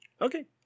Okay